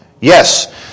Yes